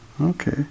Okay